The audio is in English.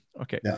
Okay